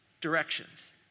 directions